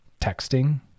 texting